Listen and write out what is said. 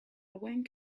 wink